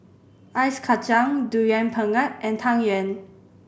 Ice Kachang Durian Pengat and Tang Yuen